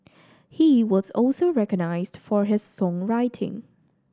he was also recognised for his songwriting